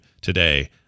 today